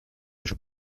issue